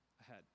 ahead